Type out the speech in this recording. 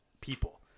people